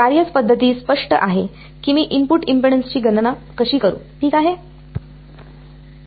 तर कार्यपद्धती स्पष्ट आहे की मी इनपुट इम्पेडन्सची गणना कशी करू ठीक आहे